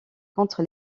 contre